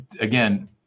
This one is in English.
again